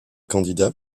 candidats